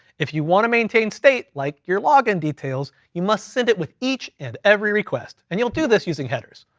if you want to maintain state like your login details, you must send it with each, and every request, and you'll do this using headers,